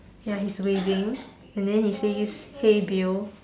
ya he is waving and then he says hey bill